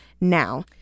now